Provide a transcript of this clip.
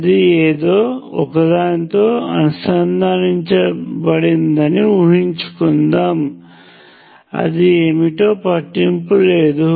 అది ఏదో ఒకదానితో అనుసంధానించబడిందని ఊహించుకుందాము అది ఏమిటో పట్టింపు లేదు